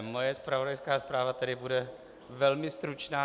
Moje zpravodajská zpráva tedy bude velmi stručná.